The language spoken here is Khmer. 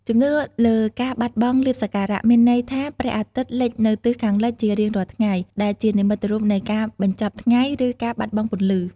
ជំនឿលើការបាត់បង់លាភសក្ការៈ មានន័យថាព្រះអាទិត្យលិចនៅទិសខាងលិចជារៀងរាល់ថ្ងៃ ដែលជានិមិត្តរូបនៃការបញ្ចប់ថ្ងៃ ឬការបាត់បង់ពន្លឺ។